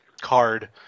card